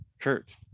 Kurt